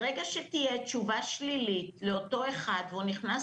ברגע שתהיה תשובה שלילית לאותו אחד והוא נכנס